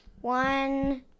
One